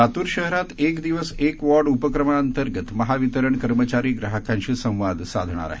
लातूर शहरात एक दिवस एक वार्ड उपक्रमा अंतर्गत महावितरण कर्मचारी ग्राहकांशी संवाद साधणार आहेत